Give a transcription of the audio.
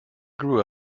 grew